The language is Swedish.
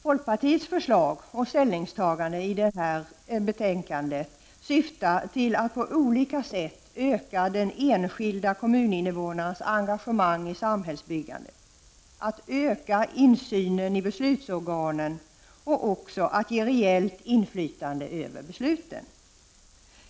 Folkpartiets förslag och ställningstagande i detta betänkande syftar därför till att man på olika sätt skall öka den enskilda kommuninnevånarens engagemang i samhällsbyggandet, att öka insynen i beslutsorganen och också att ge reellt inflytande över besluten.